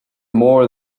more